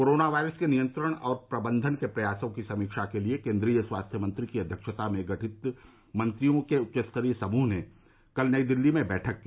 corona virus के नियंत्रण और प्रबंधन के प्रयासों की समीक्षा के लिए केन्द्रीय स्वास्थ्य मंत्री की अध्यक्षता में गठित मंत्रियों के उच्च स्तरीय समूह ने कल नई दिल्ली में बैठक की